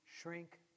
shrink